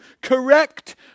correct